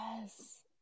Yes